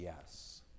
yes